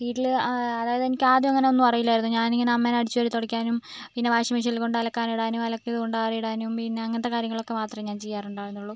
വീട്ടില് അതായത് എനിക്കാദ്യം അങ്ങനെ ഒന്നും അറിയില്ലയിരുന്നു ഞാനിങ്ങനെ അമ്മേനെ അടിച്ചുവാരി തുടയ്ക്കാനും പിന്നെ വാഷിംഗ് മെഷിനിൽ കൊണ്ടുപോയി അലക്കാനിടാനും അലക്കിയത് കൊണ്ടുപോയി ആറിടാനും പിന്നെ അങ്ങനത്തെ കാര്യങ്ങളൊക്കെ മാത്രമേ ഞാൻ ചെയ്യാറുണ്ടായിരുന്നുള്ളു